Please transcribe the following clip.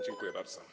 Dziękuję bardzo.